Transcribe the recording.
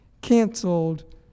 canceled